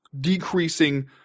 decreasing